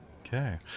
Okay